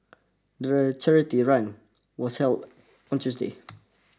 the charity run was held on Tuesday